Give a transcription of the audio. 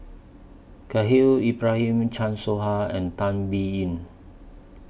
Khahil Ibrahim Chan Soh Ha and Tan Biyun